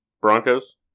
Broncos